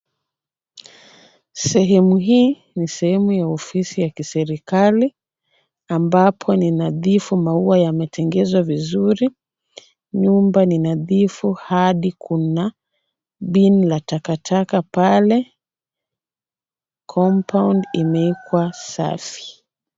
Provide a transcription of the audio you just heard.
Sehemu hii ni sehemu ya ofisi ya kiserekali ambapo ni nadhifu. Maua yametengezwa vizuri, nyumba ni nadhifu hadi kuna bin la takataka pale. Compound imewekwa safi.